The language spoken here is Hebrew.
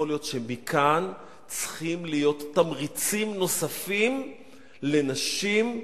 יכול להיות שמכאן צריכים להיות תמריצים נוספים לנשים,